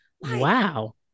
Wow